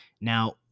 now